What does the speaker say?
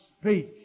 speech